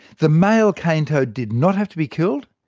the male cane toad did not have to be killed,